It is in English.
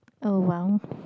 oh !wow!